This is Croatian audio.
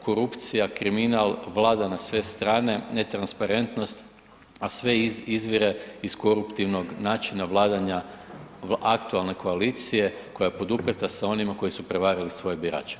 Korupcija, kriminal vlada na sve strane, netransparentnost, a sve izvire iz koruptivnog načina vladanja aktualne koalicije koja je poduprijeta sa onima koji su prevarili svoje birače.